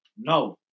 No